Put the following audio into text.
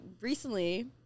recently